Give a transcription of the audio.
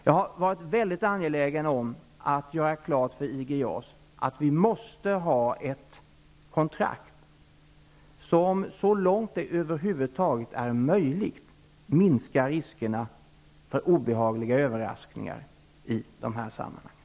Jag har också varit väldigt angelägen om att göra klart för IG JAS att vi måste ha ett kontrakt, som så långt det över huvud taget är möjligt minskar riskerna för obehagliga överraskningar i de här sammanhangen.